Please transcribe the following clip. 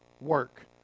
work